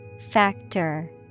Factor